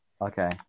Okay